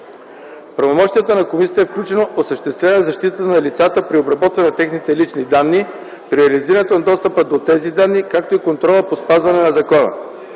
правомощията на комисията е включено осъществяване защита на лицата при обработване на техните лични данни, реализиране на достъпа до тези данни, както и контрола по спазването на закона.